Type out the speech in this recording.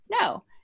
No